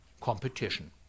competition